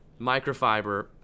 microfiber